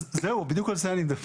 אז זהו, בדיוק על זה אני מדבר.